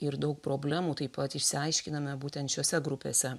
ir daug problemų taip pat išsiaiškiname būtent šiose grupėse